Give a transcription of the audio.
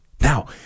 Now